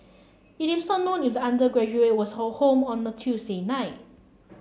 it is not known if the undergraduate was home on a Tuesday night